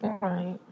Right